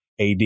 ad